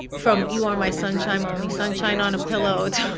from you are my sunshine, my only sunshine on a pillow to,